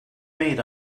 made